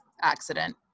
accident